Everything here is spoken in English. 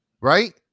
Right